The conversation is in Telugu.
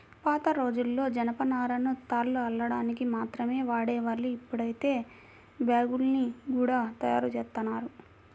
పాతరోజుల్లో జనపనారను తాళ్లు అల్లడానికి మాత్రమే వాడేవాళ్ళు, ఇప్పుడైతే బ్యాగ్గుల్ని గూడా తయ్యారుజేత్తన్నారు